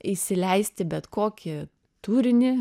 įsileisti bet kokį turinį